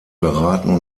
beraten